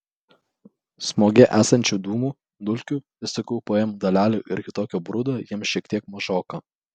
smoge esančių dūmų dulkių visokių pm dalelių ir kitokio brudo jiems šiek tiek mažoka